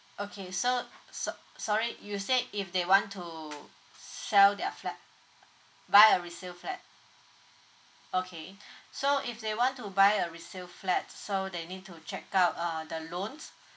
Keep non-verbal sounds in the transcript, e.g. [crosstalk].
okay so s~ sorry you said if they want to sell their flat buy a resale flat okay [breath] so if they want to buy a resale flat so they need to check out uh the loans